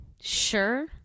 Sure